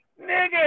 Nigga